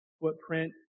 footprint